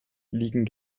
liegen